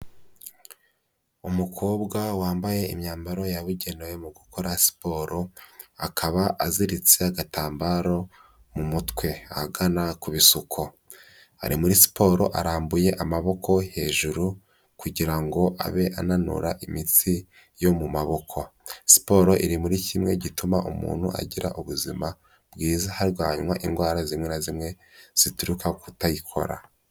Umukobwa wambaye imyambaro yabugenewe mu gukora siporo, akaba aziritse agatambaro mu mutwe ahagana ku bisuko. Ari muri siporo arambuye amaboko hejuru kugira ngo abe ananura imitsi yo mu maboko. Siporo iri muri kimwe gituma umuntu agira ubuzima bwiza harwanywa indwara zimwe na zimwe zituruka kutayikora.